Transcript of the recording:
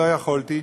לא יכולתי.